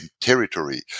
territory